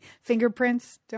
fingerprints